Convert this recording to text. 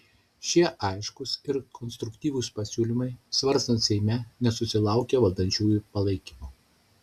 šie aiškūs ir konstruktyvūs pasiūlymai svarstant seime nesusilaukė valdančiųjų palaikymo